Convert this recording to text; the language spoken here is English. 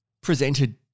presented